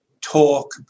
talk